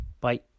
Bye